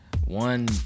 One